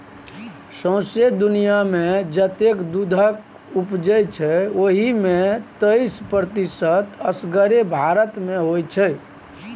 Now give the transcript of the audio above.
सौंसे दुनियाँमे जतेक दुधक उपजै छै ओहि मे तैइस प्रतिशत असगरे भारत मे होइ छै